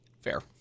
Fair